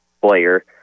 player